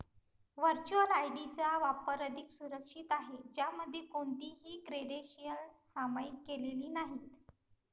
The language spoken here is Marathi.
व्हर्च्युअल आय.डी चा वापर अधिक सुरक्षित आहे, ज्यामध्ये कोणतीही क्रेडेन्शियल्स सामायिक केलेली नाहीत